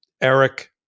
Eric